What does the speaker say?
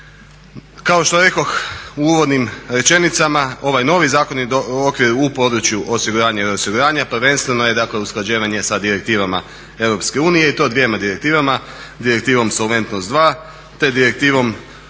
Kao što rekoh u uvodnim rečenicama ovaj novi zakon je okvir u području osiguranja, prvenstveno je dakle usklađivanje sa direktivama EU i to dvjema direktivama. Direktivom solventnost 2 te tzv. Direktivom